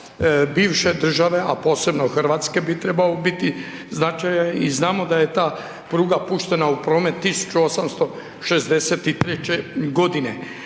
bivše države, a posebno Hrvatske bi trebao biti značajan i znamo da je ta pruga puštena u promet 1863. godine.